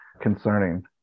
concerning